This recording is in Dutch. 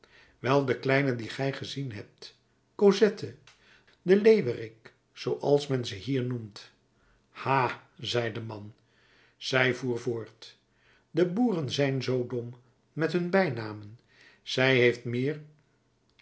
wel de kleine die gij gezien hebt cosette de leeuwerik zooals men ze hier noemt ha zei de man zij voer voort de boeren zijn zoo dom met hun bijnamen zij heeft meer